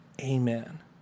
Amen